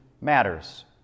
matters